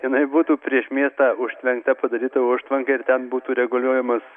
jinai būtų prieš miestą užtvenkta padaryta užtvanka ir ten būtų reguliuojamas